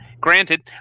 Granted